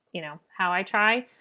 you know how i try.